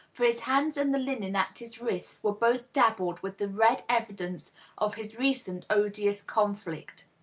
for his hands and the linen at his wrists were both dabbled with the red evidence of his recent odious conflict.